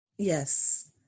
Yes